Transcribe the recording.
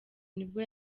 nibwo